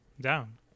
Down